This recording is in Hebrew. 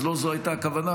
ולא זו הייתה הכוונה,